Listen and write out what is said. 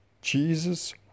Jesus